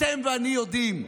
אתם ואני יודעים,